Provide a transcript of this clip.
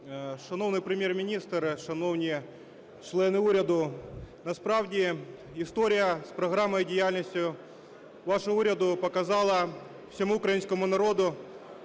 Шановний Прем'єр-міністре, шановні члени уряду, насправді історія з програмою діяльності вашого уряду показала всьому українському народу,